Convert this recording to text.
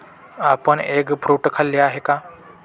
आपण egg fruit खाल्ले आहे का?